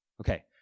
Okay